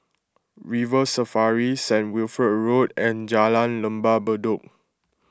River Safari St Wilfred Road and Jalan Lembah Bedok